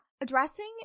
Addressing